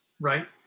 right